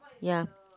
ya